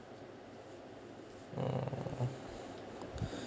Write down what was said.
mm